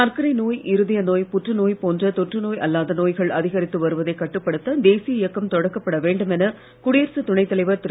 சர்க்கரை நோய் இருதய நோய் புற்றுநோய் போன்ற தொற்று நோய் அல்லாத நோய்கள் அதிகரித்து வருவதை கட்டுப்படுத்த தேசிய இயக்கம் தொடக்கப்பட வேண்டும் என குடியரசு துணை தலைவர் திரு